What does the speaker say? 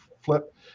flip